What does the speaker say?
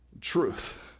truth